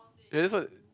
ya that's not